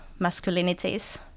masculinities